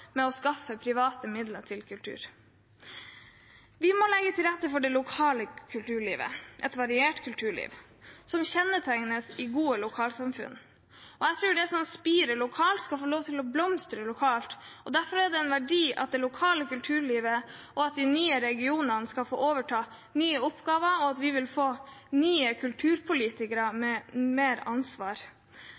med å skaffe private midler til kultur. Vi må legge til rette for det lokale kulturlivet, et variert kulturliv, som kjennetegner gode lokalsamfunn. Jeg tror at det som spirer lokalt, skal få lov til å blomstre lokalt. Derfor er det en verdi for det lokale kulturlivet at de nye regionene skal få overta nye oppgaver, at vi vil få nye kulturpolitikere med mer ansvar.